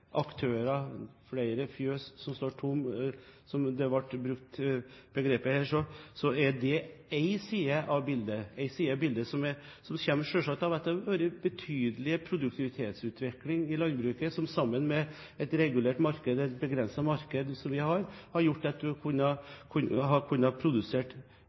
aktører, det er flere fjøs som står tomme, som er begrepene som ble brukt her – er det én side av bildet, som selvsagt kommer av at det har vært en betydelig produktivitetsutvikling i landbruket, som sammen med et regulert marked, et begrenset marked, har gjort at en har